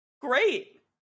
Great